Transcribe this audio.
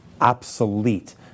obsolete